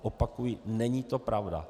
Opakuji, není to pravda.